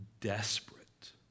desperate